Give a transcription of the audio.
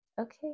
Okay